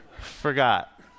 Forgot